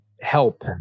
help